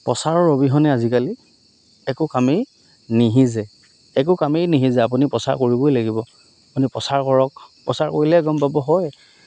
প্ৰচাৰৰ অবিহনে আজিকালি একো কামেই নিসিজে একো কামেই নিসিজে আপুনি প্ৰচাৰ কৰিবই লাগিব আপুনি প্ৰচাৰ কৰক প্ৰচাৰ কৰিলে গম পাব হয়